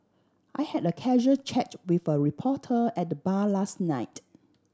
I had a casual chat with a reporter at the bar last night